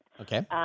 okay